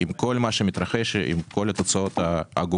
עם כל מה שמתרחש, עם כל התוצאות העגומות